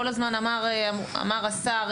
אמר השר,